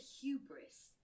hubris